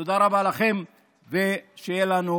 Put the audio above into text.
תודה רבה לכם ושיהיה לנו